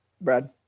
Brad